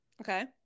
Okay